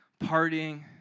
partying